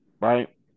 right